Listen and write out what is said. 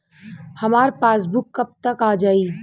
हमार पासबूक कब तक आ जाई?